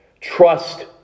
Trust